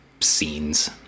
scenes